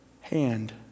hand